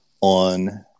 on